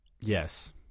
Yes